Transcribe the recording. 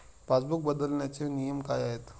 Passbook बदलण्याचे नियम काय आहेत?